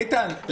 איתן,